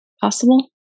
possible